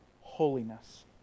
holiness